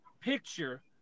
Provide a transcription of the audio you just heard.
picture